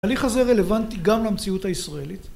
ההליך הזה רלוונטי גם למציאות הישראלית